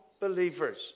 believers